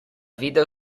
videl